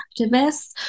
activists